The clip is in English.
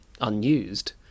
unused